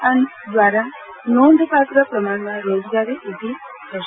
આ દ્વારા નોંધપાત્ર પ્રમાણમાં રોજગારી ઉભી થશે